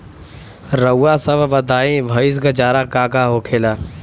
रउआ सभ बताई भईस क चारा का का होखेला?